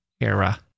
era